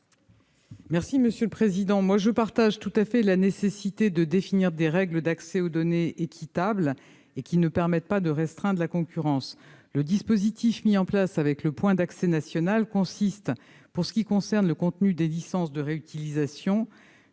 du Gouvernement ? Je partage tout à fait le souci de définir des règles d'accès aux données équitables et ne restreignant pas la concurrence. Le dispositif mis en place avec le point d'accès national consiste, pour ce qui concerne le contenu des licences de réutilisation,